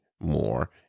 more